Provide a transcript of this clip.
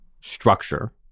structure